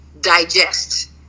digest